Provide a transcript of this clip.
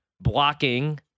blocking